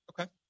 Okay